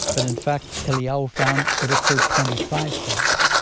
but in fact, eliyahu found, it occurred twenty-five times.